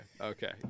Okay